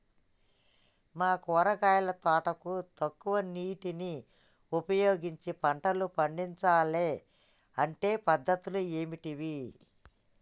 మా కూరగాయల తోటకు తక్కువ నీటిని ఉపయోగించి పంటలు పండించాలే అంటే పద్ధతులు ఏంటివి?